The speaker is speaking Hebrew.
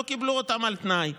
לא קיבלו אותם על תנאי.